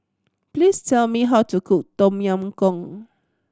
please tell me how to cook Tom Yam Goong